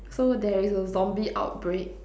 so there is a zombie outbreak